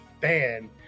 fan